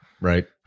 right